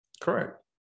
Correct